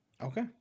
Okay